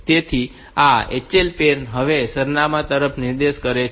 તેથી આ HL pair હવે આ સરનામા તરફ નિર્દેશ કરે છે